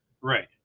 Right